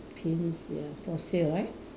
pins ya for sale right